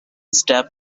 step